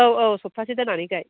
औ औ सफ्तासे दोननानै गाय